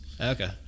Okay